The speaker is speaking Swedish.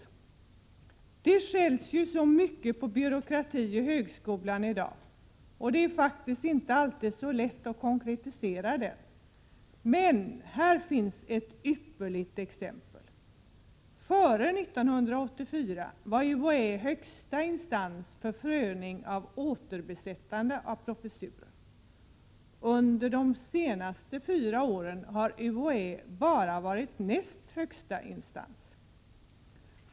I dag skälls det ju så mycket på byråkratin inom högskolan. Det är faktiskt inte alltid så lätt att konkretisera denna kritik. Men jag skall faktiskt ge ett ypperligt exempel: Före år 1984 var UHÄ högsta instans för prövning av återbesättande av professurer. Under de senaste fyra åren har UHÄ bara varit näst högsta instans.